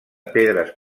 pedres